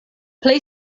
plej